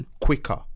quicker